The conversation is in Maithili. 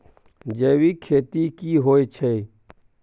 जैविक खेती की होए छै?